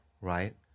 right